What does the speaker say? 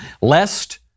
Lest